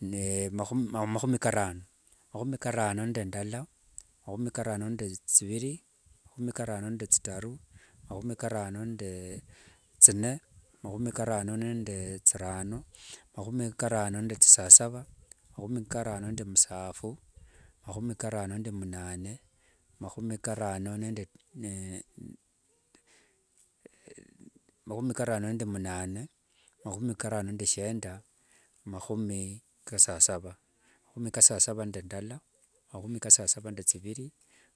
Ne mahumi karano, mahumi karano nde ndala, mahumi karano nde tsiviri, mahumi karano nde tsitaru, mahumi karano nde tsine, mahumi karano nde tsirano, mahumi karano nde sasava, mahumi karano nde msafu, mahumi karano nde mnane, mahumi karano nde shenda. mahumi kasasava. Mahumi kasasava nde ndala, mahumi kasasava nde tsiviri.